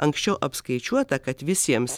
anksčiau apskaičiuota kad visiems